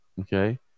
Okay